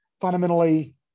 fundamentally